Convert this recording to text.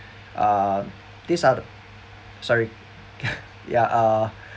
uh this out sorry ya uh